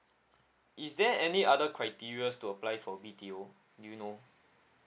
is there any other criterias to apply for B_T_O do you know